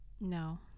No